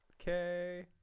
Okay